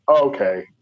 okay